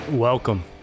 Welcome